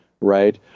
right